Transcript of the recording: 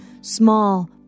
small